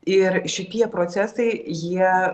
ir šitie procesai jie